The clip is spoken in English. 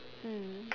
mm